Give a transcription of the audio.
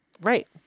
Right